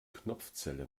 knopfzelle